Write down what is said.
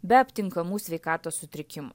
be aptinkamų sveikatos sutrikimų